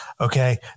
Okay